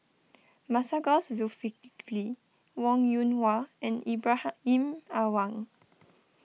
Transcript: Masagos Zulkifli Wong Yoon Wah and Ibrahim Awang